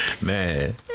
Man